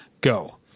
go